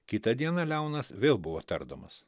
kitą dieną leonas vėl buvo tardomas